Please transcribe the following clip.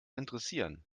interessieren